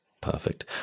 Perfect